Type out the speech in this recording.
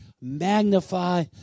magnify